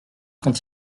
quand